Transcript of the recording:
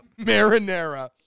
Marinara